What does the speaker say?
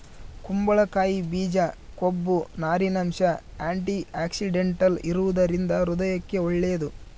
ಕುಂಬಳಕಾಯಿ ಬೀಜ ಕೊಬ್ಬು, ನಾರಿನಂಶ, ಆಂಟಿಆಕ್ಸಿಡೆಂಟಲ್ ಇರುವದರಿಂದ ಹೃದಯಕ್ಕೆ ಒಳ್ಳೇದು